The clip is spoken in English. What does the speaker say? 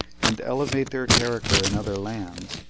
and elevate their character in other lands,